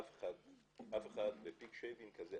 אף אחד בפיק שייבינג כזה,